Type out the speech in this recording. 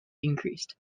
increased